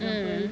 mm